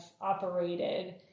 operated